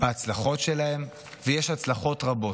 בהצלחות שלהם, ויש הצלחות רבות.